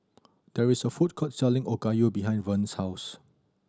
there is a food court selling Okayu behind Verner's house